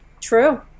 True